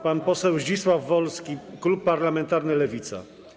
Pan poseł Zdzisław Wolski, klub parlamentarny Lewica.